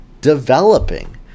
developing